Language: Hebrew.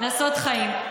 לעשות חיים.